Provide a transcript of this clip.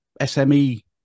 sme